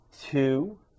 two